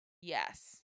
yes